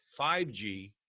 5G